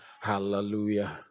Hallelujah